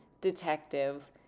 detective